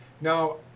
Now